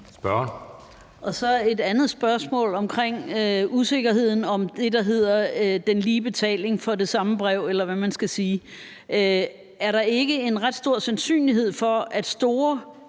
jeg et andet spørgsmål om usikkerheden om det, der hedder den lige betaling for det samme brev, eller hvad man skal sige: Er der ikke en ret stor sandsynlighed for, at store